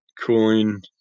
cooling